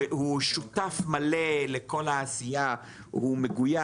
הוא שותף מלא לכל העשייה, הוא מגויס.